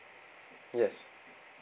yes